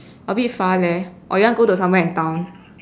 a bit far leh or you want to go to somewhere in town